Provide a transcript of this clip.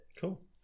Cool